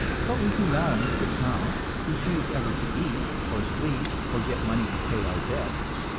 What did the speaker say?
but we do not on this account refuse ever to eat or sleep or get money to pay our debts.